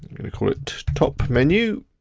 gonna call it top menu.